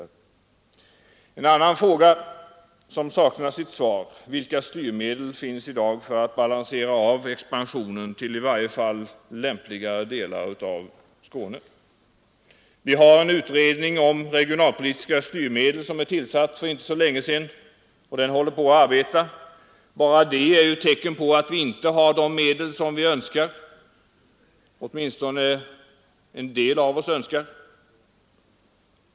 En annan fråga som saknar svar är: Vilka styrmedel finns det i dag för att balansera av expansionen till i varje fall lämpliga delar av Skåne? Vi har en utredning om regionalpolitiska styrmedel. Den tillsattes för inte så länge sedan och håller nu på med sitt arbete. Bara det är ju ett tecken på att vi inte har de medel som åtminstone en del av oss önskar.